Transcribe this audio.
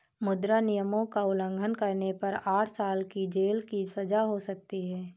मुद्रा नियमों का उल्लंघन करने पर आठ साल की जेल की सजा हो सकती हैं